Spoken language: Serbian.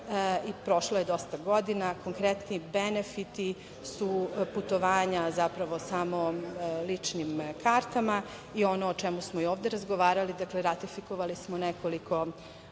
prošlo je dosta godina, konkretni benefiti su putovanja, samo ličnim kartama i ono o čemu smo ovde razgovarali, ratifikovali smo nekoliko